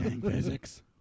Physics